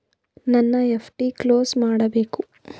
ನನ್ನ FD close ಮಾಡಬೇಕು